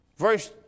Verse